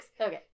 okay